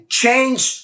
change